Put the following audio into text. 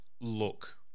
look